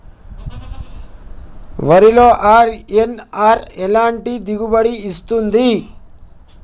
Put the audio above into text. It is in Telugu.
వరిలో అర్.ఎన్.ఆర్ ఎలాంటి దిగుబడి ఇస్తుంది?